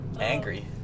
angry